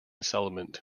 settlement